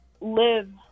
live